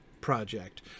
project